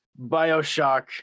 Bioshock